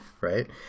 Right